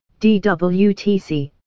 DWTC